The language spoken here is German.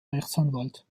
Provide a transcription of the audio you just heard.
rechtsanwalt